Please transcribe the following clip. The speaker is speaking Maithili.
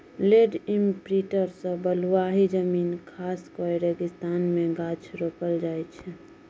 लैंड इमप्रिंटर सँ बलुआही जमीन खास कए रेगिस्तान मे गाछ रोपल जाइ छै